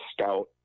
scout